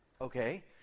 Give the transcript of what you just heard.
okay